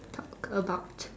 talk about